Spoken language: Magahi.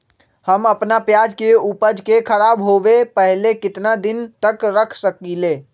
हम अपना प्याज के ऊपज के खराब होबे पहले कितना दिन तक रख सकीं ले?